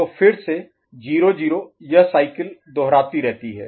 तो फिर से 0 0 यह साइकिल दोहराती रहती है